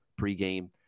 pregame